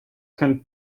can